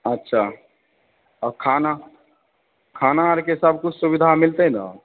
अच्छा खाना खाना आरके सब किछु सुविधा मिलतै ने